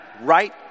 Right